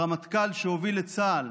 הרמטכ"ל שהוביל את צה"ל